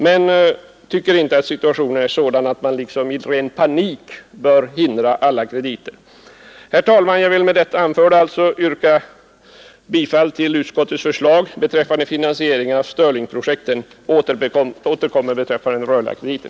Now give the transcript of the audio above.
Vi tycker inte att situationen är sådan att man liksom i panik bör hindra alla krediter. Herr talman! Jag vill med det anförda yrka bifall till utskottets förslag beträffande finansieringen av stirlingprojektet, och jag återkommer beträffande den rörliga krediten.